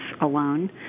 alone